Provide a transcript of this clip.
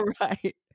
Right